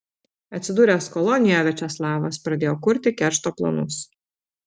atsidūręs kolonijoje viačeslavas pradėjo kurti keršto planus